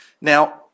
Now